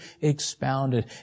expounded